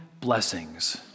blessings